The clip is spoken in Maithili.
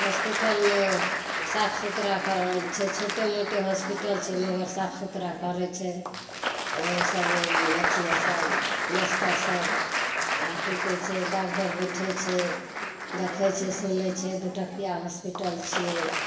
हॉस्पिटल मे साफ़ सुथरा करै छोटे मोटे हॉस्पिटल छै मगर साफ़ सुथरा करै छै सब अथी सब मेस्तर सब आ की कहै छै डागडर बैठै छै देखै छै सुनै छै दूटकिया हॉस्पिटल छियै